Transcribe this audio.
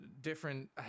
different